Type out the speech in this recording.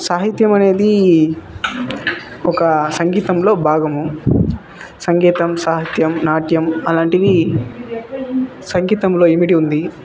సాహిత్యం అనేది ఒక సంగీతంలో భాగము సంగీతం సాహిత్యం నాట్యం అలాంటివి సంగీతంలో ఇమిడి ఉంది